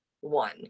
one